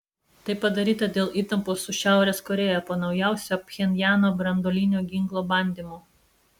tai padaryta dėl įtampos su šiaurės korėja po naujausio pchenjano branduolinio ginklo bandymo